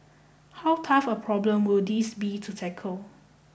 how tough a problem will this be to tackle